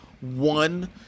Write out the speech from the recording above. one